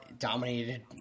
dominated